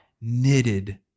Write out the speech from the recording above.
knitted